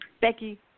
becky